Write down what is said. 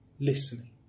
listening